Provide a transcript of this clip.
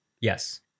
Yes